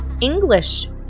English